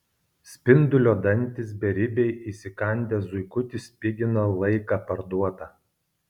spindulio dantys beribiai įsikandę zuikutį spigina laiką parduotą